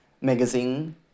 magazine